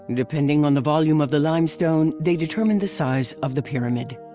depending on the volume of the limestone, they determine the size of the pyramid.